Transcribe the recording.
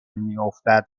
میافتد